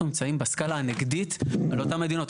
אנחנו נמצאים בסקלה הנגדית לאותן מדינות.